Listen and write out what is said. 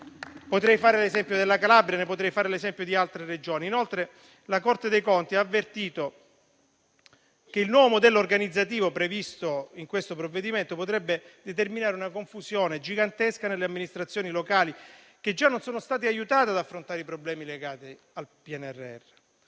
Potrei fare l'esempio della Calabria e anche di altre Regioni. La Corte dei conti ha altresì avvertito che il nuovo modello organizzativo previsto in questo provvedimento potrebbe determinare una confusione gigantesca nelle amministrazioni locali, che già non sono state aiutate ad affrontare i problemi legati al PNRR.